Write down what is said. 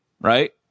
right